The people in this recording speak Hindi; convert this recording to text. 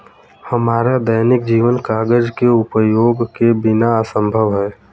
हमारा दैनिक जीवन कागज के उपयोग के बिना असंभव है